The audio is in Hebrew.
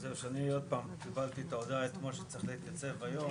אז זהו שאני קיבלתי את ההודעה אתמול שצריך להתייצב היום,